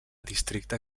districte